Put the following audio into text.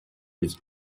which